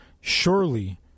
surely